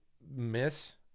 miss